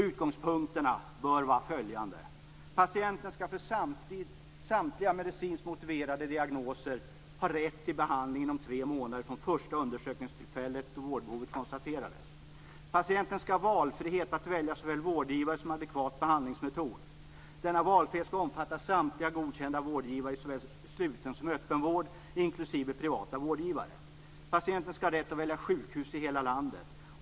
Utgångspunkten bör vara följande: Patienten skall för samtliga medicinskt motiverade diagnoser ha rätt till behandling inom tre månader från första undersökningstillfället då vårdbehovet konstaterades. Patienten skall ha frihet att välja såväl vårdgivare som adekvat behandlingsmetod. Denna valfrihet skall omfatta samtliga godkända vårdgivare i såväl sluten som öppen vård, inklusive privata vårdgivare. Patienten skall ha rätt att välja sjukhus i hela landet.